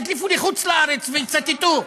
ידליפו לחוץ לארץ ויצטטו.